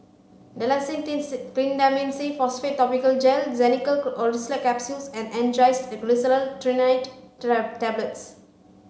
Dalacin T C Clindamycin Phosphate Topical Gel Xenical Orlistat Capsules and Angised Glyceryl Trinitrate Tablets